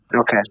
Okay